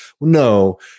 no